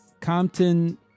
Compton